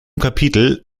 kapitel